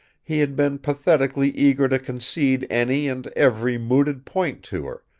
he had been pathetically eager to concede any and every mooted point to her,